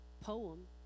poem